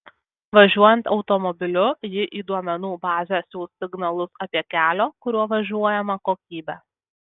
važiuojant automobiliu ji į duomenų bazę siųs signalus apie kelio kuriuo važiuojama kokybę